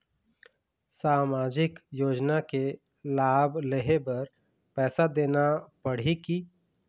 सामाजिक योजना के लाभ लेहे बर पैसा देना पड़ही की?